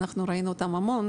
אנחנו ראינו אותה המון.